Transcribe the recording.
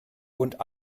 oder